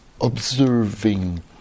observing